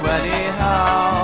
anyhow